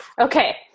okay